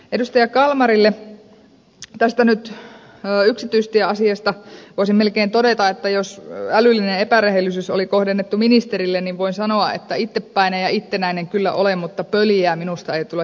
edustaja kalmarille tästä yksityistieasiasta voisin melkein todeta että jos älyllinen epärehellisyys oli kohdennettu ministerille niin voin sanoa että itteppäinen ja ittenäinen kyllä olen mutta pöljää minusta ei tule tekemälläkään